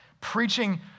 preaching